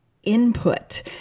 input